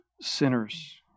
sinners